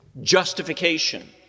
Justification